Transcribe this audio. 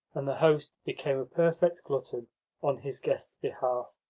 and the host became a perfect glutton on his guests' behalf.